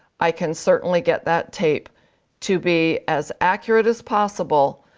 i can certainly get that tape to be as accurate as possible.